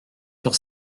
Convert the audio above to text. sur